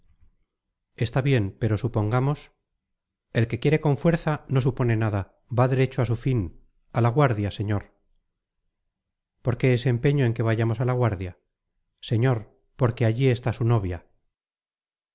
está bien pero supongamos el que quiere con fuerza no supone nada va derecho a su fin a la guardia señor por qué ese empeño en que vayamos a la guardia señor porque allí está su novia